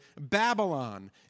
Babylon